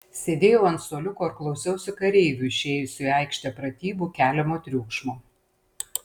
sėdėjau ant suoliuko ir klausiausi kareivių išėjusių į aikštę pratybų keliamo triukšmo